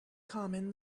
common